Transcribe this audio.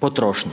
potrošnju.